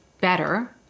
better